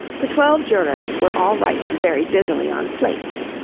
the twelve jurors were all writing very busily on slates.